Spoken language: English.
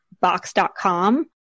Box.com